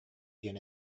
диэн